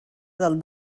del